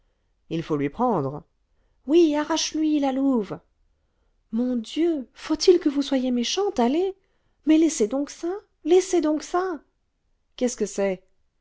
il faut lui prendre oui arrache lui la louve mon dieu faut-il que vous soyez méchantes allez mais laissez donc ça laissez donc ça qu'est-ce que c'est